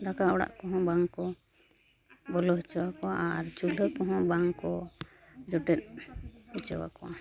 ᱫᱟᱠᱟ ᱚᱲᱟᱜ ᱠᱚᱦᱚᱸ ᱵᱟᱝᱠᱚ ᱵᱚᱞᱚ ᱦᱚᱪᱚ ᱟᱠᱚᱣᱟ ᱟᱨ ᱪᱩᱞᱦᱟᱹ ᱠᱚᱦᱚᱸ ᱵᱟᱝᱠᱚ ᱡᱚᱴᱮᱫ ᱦᱚᱪᱚ ᱟᱠᱚᱣᱟ